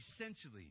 essentially